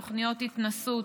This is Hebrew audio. תוכניות התנסות